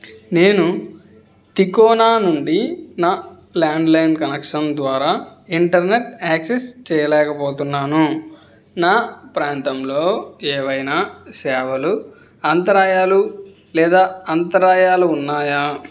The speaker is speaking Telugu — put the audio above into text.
నేను తికోనా నుండి నా ల్యాండ్లైన్ కనెక్షన్ ద్వారా ఇంటర్నెట్ యాక్సెస్ చేయలేకపోతున్నాను నా ప్రాంతంలో ఏవైనా సేవలు అంతరాయాలు లేదా అంతరాయాలు ఉన్నాయా